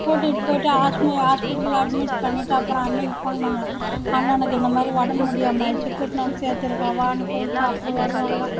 கூட்டிகிட்டு போய்ட்டு ஆஸ்ப்பிடல் ஆஸ்பிடலில் அட்மிட் பண்ணிவிட்டு அப்புறம் அண்ணிக்கு ஃபோன் பண்ணினேன் அண்ணனுக்கு இந்தமாதிரி உடம்பு முடியாமல் ஆகிடுச்சி கூட்டுன்னு வந்து சேத்திருக்கோம் வான்னு சொன்னால் அப்புறம் வருவாங்க